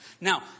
Now